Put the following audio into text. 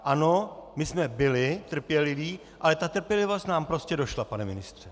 Ano, my jsme byli trpěliví, ale ta trpělivost nám prostě došla, pane ministře.